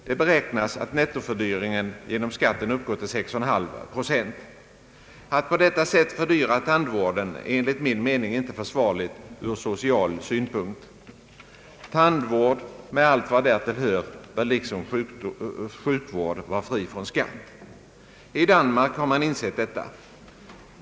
Det beräknas att nettofördyringen genom skatten uppgår till 6 1/2 procent. Att på detta sätt fördyra tandvården är enligt min mening inte försvarligt ur social synpunkt. Tandvård, med allt vad därtill hör, bör liksom sjukvård vara fri från skatt. I Danmark har man insett detta.